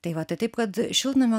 tai va tai taip kad šiltnamio